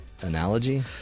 analogy